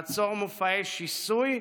לעצור מופעי שיסוי,